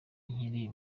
nkiri